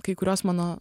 kai kuriuos mano